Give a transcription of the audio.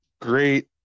great